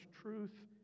truth